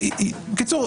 בקיצור,